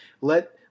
Let